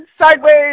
sideways